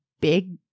big